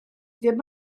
ddim